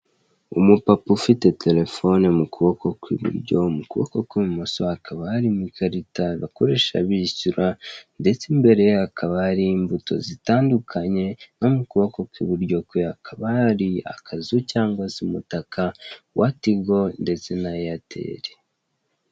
Umupapa ufite telefone mu kuboko kw'iburyo, mu kukobo kw'ibumoso hakaba harimo ikarita bakoresha bishyura, ndetse imbere ye hakaba hari imbuto zitandukanye, no mu kuboko kw'iburyo kwe hakaba hari akazu cyangwa se umutaka wa tigo ndetse na eyateli.